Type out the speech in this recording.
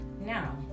Now